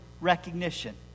recognition